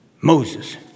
Moses